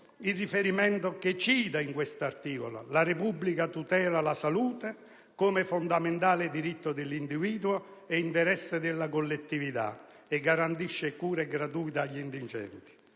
il riferimento che si cita in questo articolo: «La Repubblica tutela la salute come fondamentale diritto dell'individuo e interesse della collettività, e garantisce cure gratuite agli indigenti.